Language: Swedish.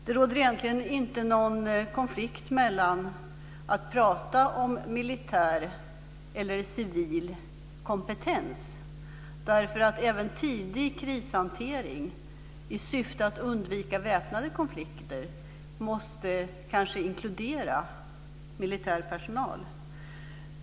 Det råder egentligen inte någon konflikt mellan militär och civil kompetens eftersom man kanske även vid tidig krishantering i syfte att undvika väpnade konflikter måste inkludera militär personal.